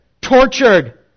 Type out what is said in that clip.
tortured